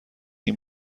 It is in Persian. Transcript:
این